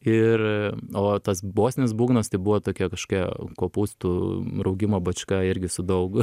ir o tas bosinis būgnas tai buvo tokia kažkokia kopūstų raugimo bačka irgi su daug